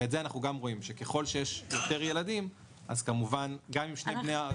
ואת זה אנחנו גם רואים: ככול שיש יותר ילדים אז גם אם שני בני הזוג